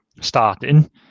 starting